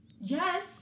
Yes